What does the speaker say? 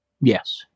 Yes